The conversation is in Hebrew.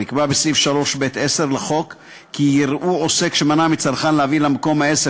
נקבע בסעיף 3(ב)(10) לחוק כי יראו עוסק שמנע מצרכן להביא למקום העסק,